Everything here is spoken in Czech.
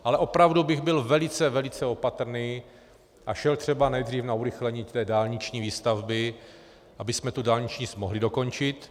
Ale opravdu bych byl velice, velice opatrný a šel třeba nejdřív na urychlení té dálniční výstavby, abychom tu dálniční síť mohli dokončit.